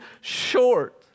short